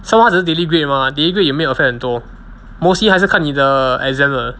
somemore 他只是 daily grade mah daily grade 也没有 affect 很多 mostly 还是看你的 exam 的